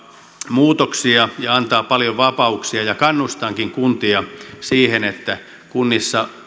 muutoksia ja antaa paljon vapauksia kannustankin kuntia siihen että kunnissa